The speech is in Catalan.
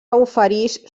oferix